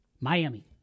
Miami